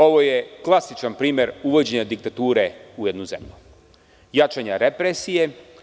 Ovo je klasičan primer uvođenja diktature u jednu zemlju, jačanje represije.